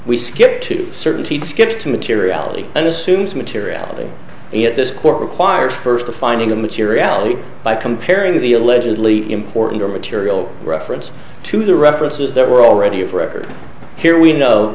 we skipped two certainties skipped materiality and assumes materiality at this court require first a finding of materiality by comparing the allegedly important or material reference to the references there were already of record here we know